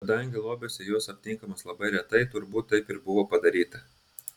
kadangi lobiuose jos aptinkamos labai retai turbūt taip ir buvo padaryta